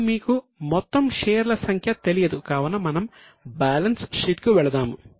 ఇప్పుడు మీకు మొత్తం షేర్ల సంఖ్య తెలియదు కావున మనం బ్యాలెన్స్ షీట్ కు వెళదాము